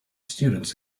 students